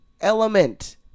Element